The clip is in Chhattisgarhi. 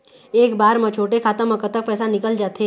एक बार म छोटे खाता म कतक पैसा निकल जाथे?